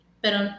Pero